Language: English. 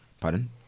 Pardon